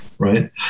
Right